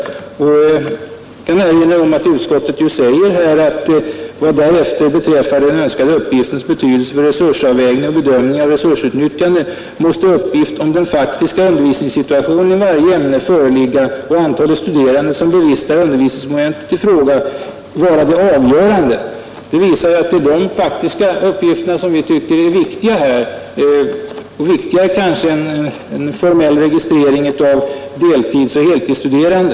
Jag kan erinra om att utskottet säger: ”Vad därefter beträffar den önskade uppgiftens betydelse för resursavvägning och bedömning av resursutnyttjande måste uppgift om den faktiska undervisningssituationen i varje ämne föreligga och antalet studerande som bevistar undervisningsmomentet i fråga vara det avgörande.” Det visar ju att det är de faktiska uppgifterna som vi tycker är viktiga, viktigare kanske än formell registrering av deltidsoch heltidsstuderande.